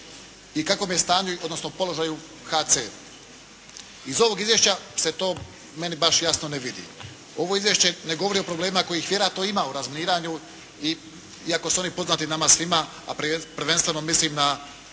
u kakvom je stanju odnosno položaju HCR? Iz ovog izvješća se to meni baš jasno ne vidi. Ovo izvješće ne govorio o problemima kojih vjerojatno ima u razminiranju iako su oni poznati nama svima, a prvenstveno mislim na